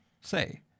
say